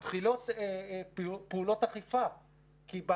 אחרי זה זה חוזר ל-40%.